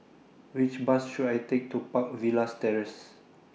Which Bus should I Take to Park Villas Terrace